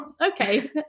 okay